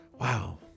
Wow